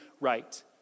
right